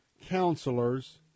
counselors